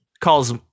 calls